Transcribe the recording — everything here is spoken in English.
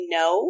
no